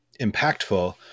impactful